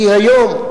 כי היום,